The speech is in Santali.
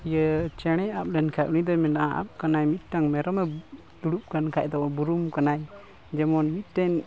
ᱤᱭᱟᱹ ᱪᱮᱬᱮ ᱟᱵ ᱞᱮᱱᱠᱷᱟᱱ ᱩᱱᱤ ᱫᱚᱭ ᱢᱮᱱᱟ ᱟᱵ ᱠᱟᱱᱟᱭ ᱢᱤᱫᱴᱟᱝ ᱢᱮᱨᱚᱢᱮ ᱫᱩᱲᱩᱵ ᱟᱠᱟᱱ ᱠᱷᱟᱱ ᱫᱚ ᱵᱩᱨᱩᱢ ᱠᱟᱱᱟᱭ ᱡᱮᱢᱚᱱ ᱢᱤᱫᱴᱮᱱ